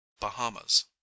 Bahamas